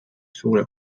suure